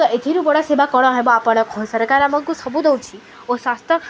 ତ ଏଥିରୁ ବଡ଼ ସେବା କ'ଣ ହେବ ଆପଣ ସରକାର ଆମକୁ ସବୁ ଦଉଛି ଓ ସ୍ୱାସ୍ଥ୍ୟ